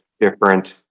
different